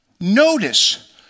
Notice